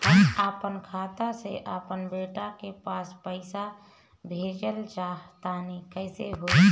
हम आपन खाता से आपन बेटा के पास पईसा भेजल चाह तानि कइसे होई?